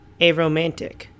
aromantic